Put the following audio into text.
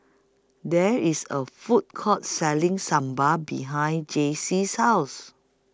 There IS A Food Court Selling Sambar behind Jaycie's House